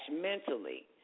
mentally